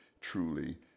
truly